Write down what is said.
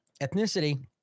ethnicity